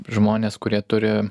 žmonės kurie turi